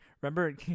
Remember